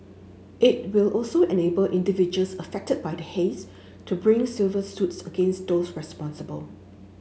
it will also enable individuals affected by the haze to bring civil suits against those responsible